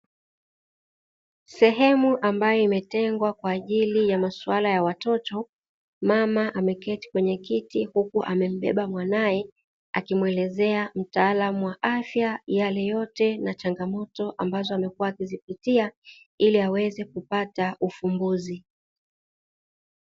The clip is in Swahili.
Sehemu ambayo imetengwa kwa ajili ya maswala ya watoto mama ameketi kwenye kiti huku amembeba mwanae, akimwelezea mtaalamu wa afya yale yote na changamoto ambazo amekua akizipitia ili aweze kupata ufumbuzi.